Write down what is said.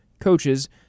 coaches